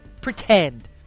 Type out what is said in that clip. pretend